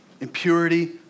impurity